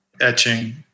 etching